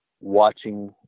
watching